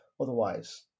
Otherwise